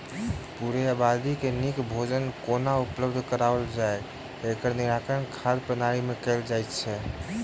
पूरे आबादी के नीक भोजन कोना उपलब्ध कराओल जाय, एकर निराकरण खाद्य प्रणाली मे कयल जाइत छै